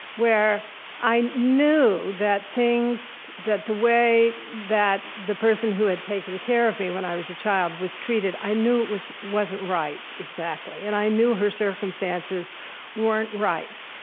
where i knew that things that the way that the person who had taken care of me when i was a child was treated i knew it wasn't right, exactly. and i knew her circumstances weren't right.